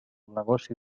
negoci